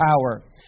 power